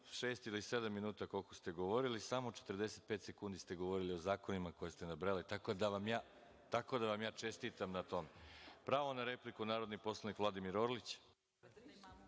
ili sedam minuta koliko ste govorili, samo 45 sekundi ste govorili o zakonima koje ste nabrajali, tako da vam ja čestitam na tome. Pravo na repliku, narodni poslanik Vladimir Orlić.